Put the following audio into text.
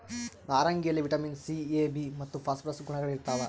ನಾರಂಗಿಯಲ್ಲಿ vitamin C A B ಮತ್ತು phosphorus ಗುಣಗಳಿರ್ತಾವ